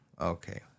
Okay